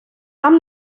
там